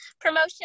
promotion